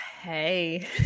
Hey